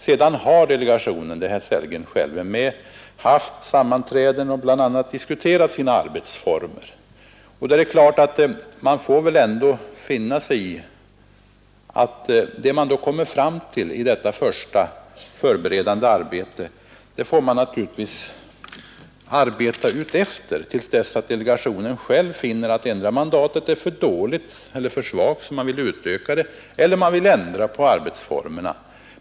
Sedan har delegationen, där herr Sellgren själv är med, haft sammanträden och bl.a. diskuterat sina arbetsformer. Då är det klart att man får väl ändå finna sig i att det delegationen då kommer fram till i detta första förberedande arbete skall den arbeta efter till dess att delegationen själv finner endera att mandatet är för svagt och vill utöka det eller ändra på arbetsformerna.